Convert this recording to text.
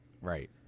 Right